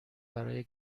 برای